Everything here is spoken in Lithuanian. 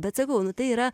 bet sakau nu tai yra